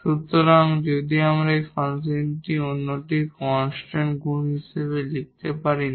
সুতরাং যদি একটি ফাংশন আমরা অন্যটির কনস্ট্যান্ট গুণ হিসাবে লিখতে পারি না